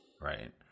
Right